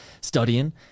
studying